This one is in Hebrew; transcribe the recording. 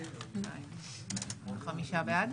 חמישה בעד.